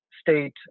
state